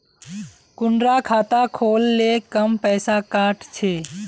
कुंडा खाता खोल ले कम पैसा काट छे?